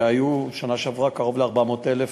היו שם בשנה שעברה קרוב ל-400,000 אנשים,